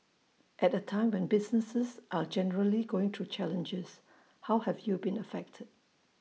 at A time when businesses are generally going through challenges how have you been affected